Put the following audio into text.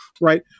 right